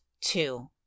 two